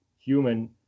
human